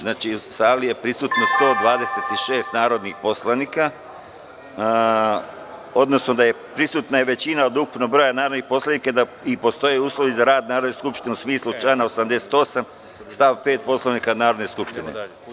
Znači, u sali je prisutno 126 narodnih poslanika, odnosno prisutna je većina od ukupnog broja narodnih poslanika i postoje uslovi za rad Narodne skupštine u smislu člana 88. stav 5. Poslovnika Narodne skupštine.